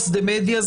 לכל אורך המדיה,